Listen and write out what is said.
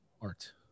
art